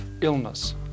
illness